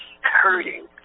Hurting